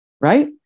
Right